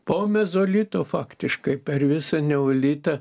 po mezolito faktiškai per visą neolitą